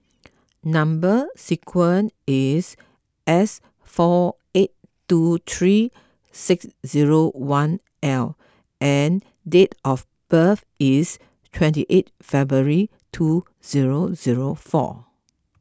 Number Sequence is S four eight two three six zero one L and date of birth is twenty eight February two zero zero four